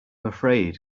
afraid